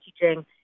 teaching